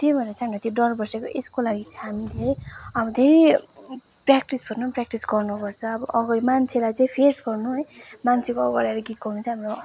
त्यही भनेर चाहिँ हामीलाई डर बसेको यसको लागि चाहिँ हामीले अब धेरै प्र्याक्टिस भनौँ प्र्याक्टिस गर्नुपर्छ अब अगाडि मान्छेलाई चाहिँ फेस गर्नु है मान्छेको अगाडि आएर गीत गाउनु चाहिँ हाम्रो